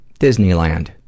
Disneyland